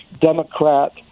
Democrat